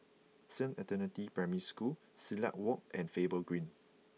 Saint Anthony's Primary School Silat Walk and Faber Green